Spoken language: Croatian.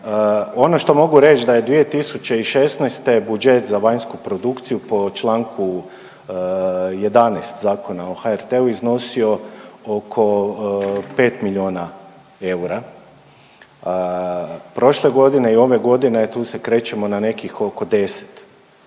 Ono što mogu reć da je 2016. budžet za vanjsku produkciju za članku 11. Zakona o HRT-u iznosio oko 5 milijuna eura. Prošle godine i ove godine tu se krećemo na nekih oko 10